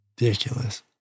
ridiculous